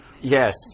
yes